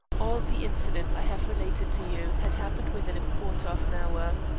all the incidents i have related to you had happened within a quarter of an hour.